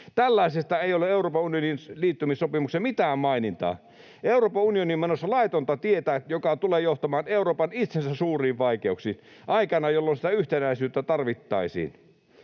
Tällaisesta ei ole Euroopan unionin liittymissopimuksessa mitään mainintaa. Euroopan unioni on menossa laitonta tietä, joka tulee johtamaan Euroopan itsensä suuriin vaikeuksiin, aikana, jolloin sitä yhtenäisyyttä tarvittaisiin.